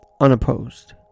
Unopposed